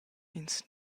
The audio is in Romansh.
ins